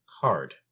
card